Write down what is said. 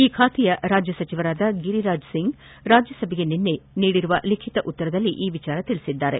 ಈ ಖಾತೆಯ ರಾಜ್ಯ ಸಚಿವರಾದ ಗಿರಿರಾಜ್ ಸಿಂಗ್ ರಾಜ್ಯಸಭೆಗೆ ನಿನ್ನೆ ನೀಡಿದ ಲಿಖಿತ ಉತ್ತರದಲ್ಲಿ ಈ ವಿಷಯ ತಿಳಿಸಿದ್ದಾರೆ